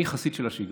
אני חסיד של השגרה.